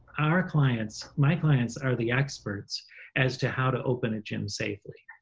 our clients, my clients, are the experts as to how to open a gym safely.